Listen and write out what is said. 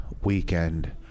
weekend